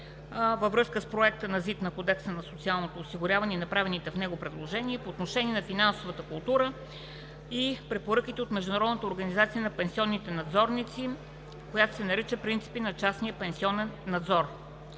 във връзка с проекта на ЗИД на Кодекса за социалното осигуряване и направените в него предложения по отношение на финансовата култура и препоръките от Международната организация на пенсионните надзорници, която се нарича „Принципи на частния пенсионен надзор“,